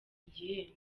igihembo